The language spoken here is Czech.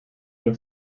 měl